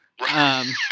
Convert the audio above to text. Right